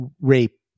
rape